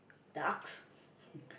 ducks